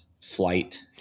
flight